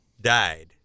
died